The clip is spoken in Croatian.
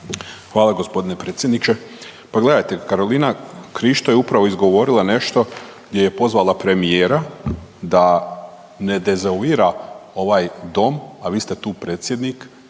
Hvala g. predsjedniče. Pa gledajte, Karolina Krišto je upravo izgovorila nešto gdje je pozvala premijera da ne dezavuira ovaj Dom, a vi ste tu predsjednik